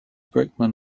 brickman